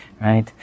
right